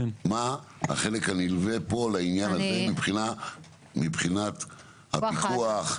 מה החלק הנלווה פה לעניין הזה מבחינת הפיקוח?